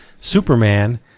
Superman